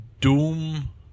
Doom